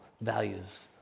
values